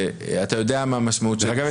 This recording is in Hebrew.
ואתה יודע מה המשמעות --- דרך אגב,